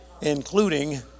including